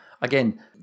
Again